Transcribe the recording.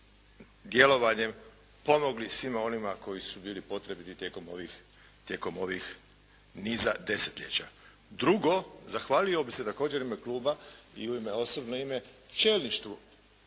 djelovanjem pomogli svima onima koji su bili potrebiti tijekom ovih niza desetljeća. Drugo, zahvalio bih se također u ime kluba i u osobno ime čelništvu